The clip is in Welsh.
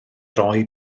roi